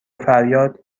فریاد